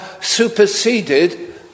superseded